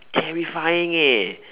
terrifying eh